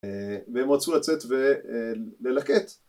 והם רצו לצאת וללקט